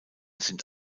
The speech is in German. sind